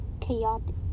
chaotic